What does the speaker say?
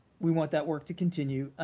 we want that work to continue.